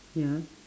ya